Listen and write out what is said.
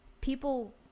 people